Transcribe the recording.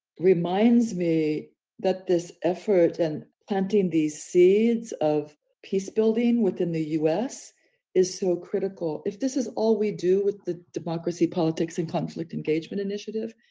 reminds me that this effort and planting these seeds of peacebuilding within the us is so critical. if this is all we do with the democracy, politics and conflict engagement initiative,